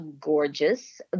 gorgeous